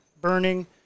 burning